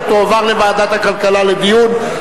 שתועבר לוועדת הכלכלה לדיון.